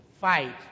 fight